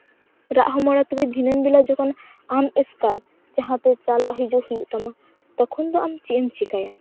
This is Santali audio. ᱨᱟᱜ ᱦᱚᱢᱚᱨ ᱠᱟᱛᱮ ᱫᱷᱤᱱᱟᱹᱱ ᱵᱮᱲᱟ ᱡᱚᱠᱷᱚᱱ ᱟᱢ ᱮᱥᱠᱟᱨ ᱡᱟᱦᱟᱸᱛᱮ ᱪᱟᱞᱟᱜ ᱦᱤᱡᱩᱜ ᱦᱩᱭᱩᱜ ᱛᱟᱢᱟ ᱛᱚᱠᱷᱚᱱ ᱫᱚ ᱟᱢ ᱪᱮᱫ ᱮᱢ ᱪᱮᱠᱟᱹᱭᱟ